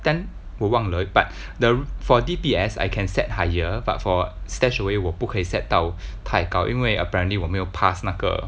then 我忘了 but the for D_B_S I can set higher but for stash away 我不可以 set 到太高因为 apparently 我没有 pass 那个